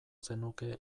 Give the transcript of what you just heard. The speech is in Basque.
zenuke